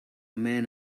man